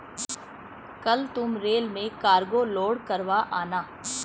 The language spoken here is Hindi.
कल तुम रेल में कार्गो लोड करवा आना